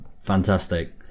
Fantastic